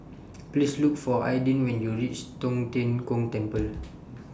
Please Look For Aydin when YOU REACH Tong Tien Kung Temple